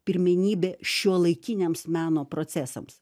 pirmenybė šiuolaikiniams meno procesams